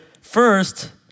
First